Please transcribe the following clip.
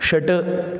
षट्